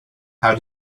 how